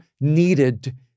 needed